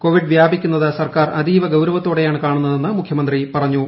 Covid വൃാപിക്കുന്നത് സർക്കാർ അതീവ ഗൌരവത്തോടെയാണ് കാണുന്നതെന്ന് മുഖ്യമന്ത്രി പറഞ്ഞു